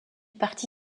parti